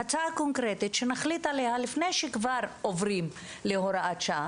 הצעה קונקרטית שנחליט עליה לפני שכבר עוברים להוראה קבועה.